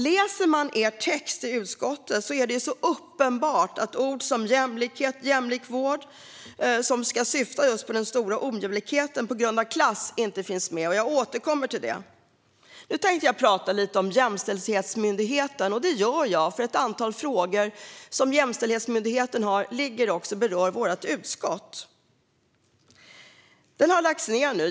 Läser man er text i utskottet är det så uppenbart att ord som "jämlikhet" och "jämlik vård", som ska syfta just på den stora ojämlikheten på grund av klass, inte finns med. Jag återkommer till detta. Nu tänkte jag prata lite om Jämställdhetsmyndigheten, och det gör jag för att ett antal frågor som Jämställdhetsmyndigheten har också berör vårt utskott.